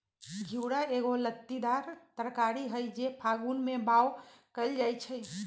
घिउरा एगो लत्तीदार तरकारी हई जे फागुन में बाओ कएल जाइ छइ